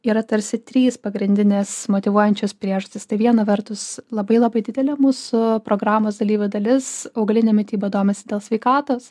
yra tarsi trys pagrindinės motyvuojančios priežastys tai viena vertus labai labai didelė mūsų programos dalyvių dalis augaline mityba domisi dėl sveikatos